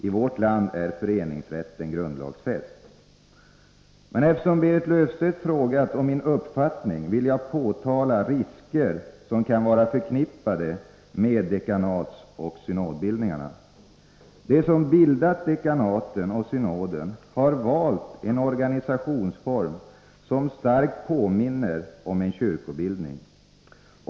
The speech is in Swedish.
I vårt land är föreningsrätten grundlagsfäst. Men eftersom Berit Löfstedt frågat om min uppfattning vill jag påtala de risker som kan vara förknippade med dekanatsoch synodbildningarna. De som bildat dekanaten och synoden har valt en organisationsform som starkt påminner om en kyrkobildning.